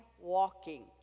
walking